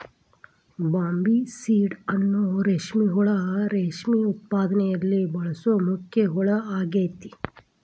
Bombycidae ಅನ್ನೋ ರೇಷ್ಮೆ ಹುಳು ರೇಷ್ಮೆ ಉತ್ಪಾದನೆಯಲ್ಲಿ ಬಳಸೋ ಮುಖ್ಯ ಹುಳ ಆಗೇತಿ